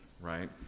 right